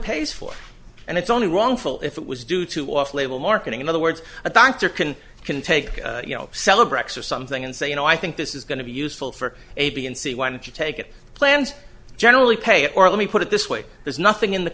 pays for and it's only wrongful if it was due to off label marketing in other words a doctor can can take you know celebrants or something and say you know i think this is going to be useful for a b and c why don't you take it plans generally pay it or let me put it this way there's nothing in the